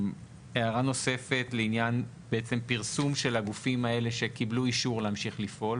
הערה נוספת לעניין פרסום של הגופים האלה שקיבלו אישור להמשיך לפעול,